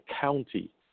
county